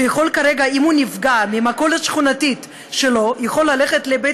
שאם כרגע הוא נפגע מהמכולת השכונתית שלו הוא יכול ללכת לבית